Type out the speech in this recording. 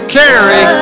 carry